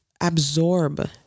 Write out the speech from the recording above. absorb